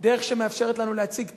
דרך שמאפשרת לנו להציג תקווה,